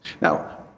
Now